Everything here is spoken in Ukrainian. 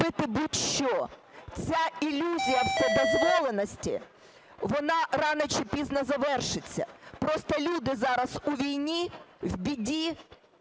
вона рано чи пізно завершиться, просто люди зараз у війні, в біді